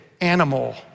animal